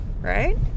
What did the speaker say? right